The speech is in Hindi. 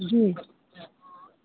जी